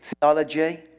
theology